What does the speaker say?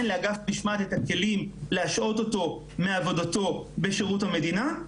לאגף משמעת את הכלים להשעות אותו מעבודתו בשירות המדינה,